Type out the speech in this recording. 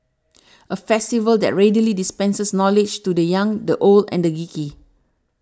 a festival that readily dispenses knowledge to the young the old and the geeky